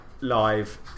live